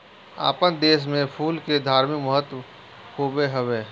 आपन देस में फूल के धार्मिक महत्व खुबे हवे